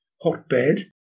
hotbed